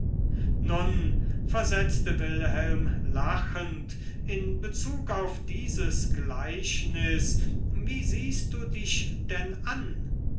nun versetzte wilhelm lachend in bezug auf dieses gleichnis wie siehst du dich denn an